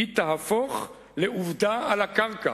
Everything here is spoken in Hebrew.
היא תהפוך לעובדה על הקרקע".